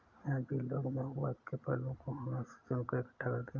आज भी लोग महुआ के फलों को हाथ से चुनकर इकठ्ठा करते हैं